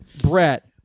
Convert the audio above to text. Brett